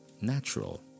natural